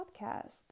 Podcast